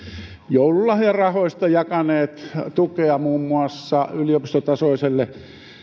joululahjarahoista jakaneet tukea muun muassa yliopistotasoiselle